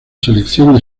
selección